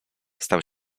stał